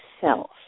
self